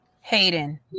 Hayden